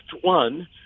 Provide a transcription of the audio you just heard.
One